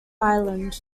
ireland